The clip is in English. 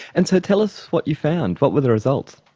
and so tell us what you found. what were the results?